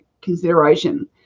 consideration